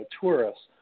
tourists